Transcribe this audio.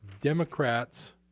Democrats